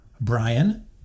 Brian